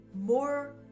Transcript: more